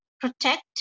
protect